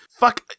Fuck